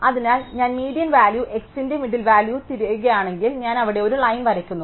അതിനാൽ ഞാൻ median value x ന്റെ മിഡ്ഡിൽ വാല്യൂ തിരയുകയാണെങ്കിൽ ഞാൻ അവിടെ ഒരു ലൈൻ വരയ്ക്കുന്നു